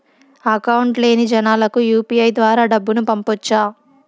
Account లేని జనాలకు UPI ద్వారా డబ్బును పంపొచ్చా?